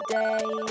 day